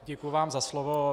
Děkuji vám za slovo.